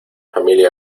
familia